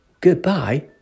Goodbye